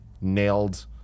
nailed